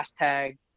hashtag